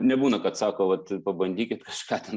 nebūna kad sako vat pabandykit kažką ten